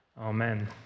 Amen